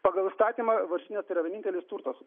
pagal įstatymą varžytinės tai yra vienintelis turtas